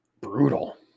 Brutal